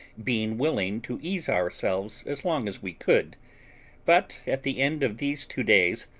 being willing to ease ourselves as long as we could but at the end of these two days,